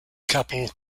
couple